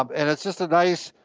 um and it's just a nice,